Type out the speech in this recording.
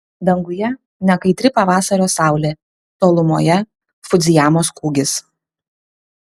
danguje nekaitri pavasario saulė tolumoje fudzijamos kūgis